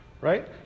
Right